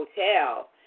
hotel